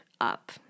up